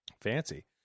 fancy